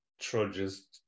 trudges